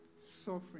suffering